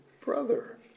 brother